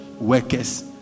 workers